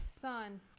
Son